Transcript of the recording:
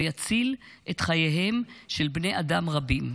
ויציל את חייהם של בני אדם רבים.